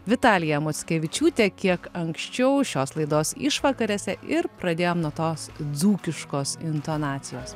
vitalija mockevičiūtė kiek anksčiau šios laidos išvakarėse ir pradėjom nuo tos dzūkiškos intonacijos